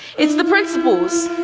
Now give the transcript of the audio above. it's the principals.